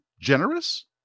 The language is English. generous